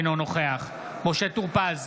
אינו נוכח משה טור פז,